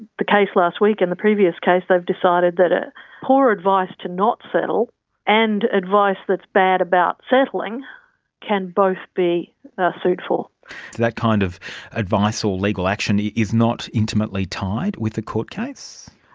the case last week and the previous case, they've decided that ah poor advice to not settle and advice that's bad about settling can both be sued for. so that kind of advice or legal action is not intimately tied with the court case?